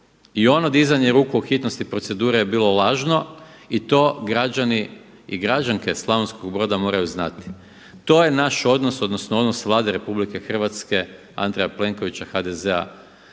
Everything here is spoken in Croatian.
I ono dizanje ruku o hitnosti procedure je bilo lažno i to građani i građanke Slavonskog Broda moraju znati. To je naš odnos, odnosno odnos Vlade RH Andreja Plenkovića, HZD-a